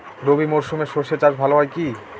রবি মরশুমে সর্ষে চাস ভালো হয় কি?